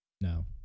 No